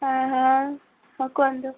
ହଁ ହଁ ହଁ କୁହନ୍ତୁ